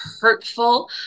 hurtful